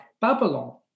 Babylon